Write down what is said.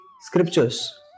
scriptures